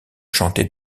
chantées